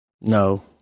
No